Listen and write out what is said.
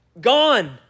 gone